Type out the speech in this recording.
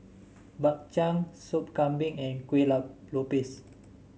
Bak Chang Sop Kambing and Kueh Lopes